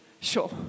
sure